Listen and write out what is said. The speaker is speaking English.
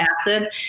acid